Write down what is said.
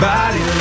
Body